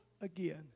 again